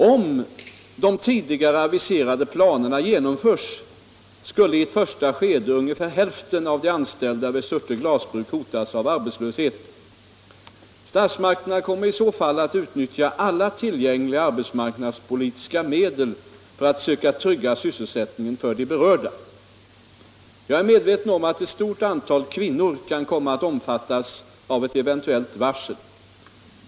Om de tidigare aviserade planerna genomförs, skulle i ett första skede ungefär hälften av de anställda vid Surte glasbruk hotas av arbetslöshet. Statsmakterna kommer i så fall att utnyttja alla tillgängliga arbetsmarknadspolitiska medel för att söka trygga sysselsättningen för de berörda. Jag är medveten om att ett stort antal kvinnor kan komma att omfattas av ett eventuellt varsel.